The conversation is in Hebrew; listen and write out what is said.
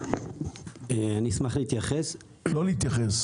אלעד זכות,